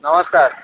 ନମସ୍କାର